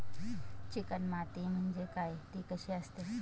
Chicken माती म्हणजे काय? ति कशी असते?